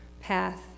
path